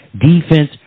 defense